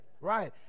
Right